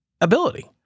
ability